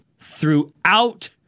throughout